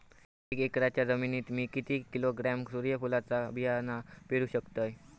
एक एकरच्या जमिनीत मी किती किलोग्रॅम सूर्यफुलचा बियाणा पेरु शकतय?